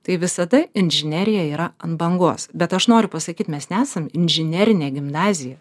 tai visada inžinerija yra ant bangos bet aš noriu pasakyt mes nesam inžinerinė gimnazija